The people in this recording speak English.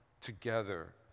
together